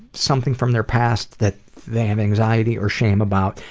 something from their past that they have anxiety or shame about.